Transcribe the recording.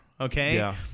okay